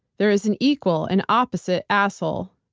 there is an equal and opposite asshole.